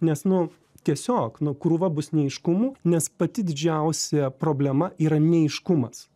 nes nu tiesiog nu krūva bus neaiškumų nes pati didžiausia problema yra neaiškumas